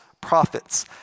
prophets